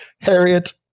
Harriet